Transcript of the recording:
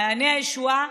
מעייני הישועה,